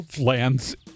lands